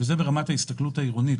וזה ברמת ההסתכלות העירונית,